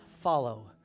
follow